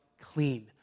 clean